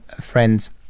Friends